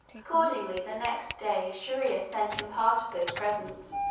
accordingly the next day shier-ear sent him part of those presents,